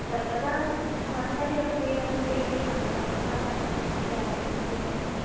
सर्वदा भवन्तः एव सीवयन्ति इति भवतः भवतां समीपे आगतवती अस्मि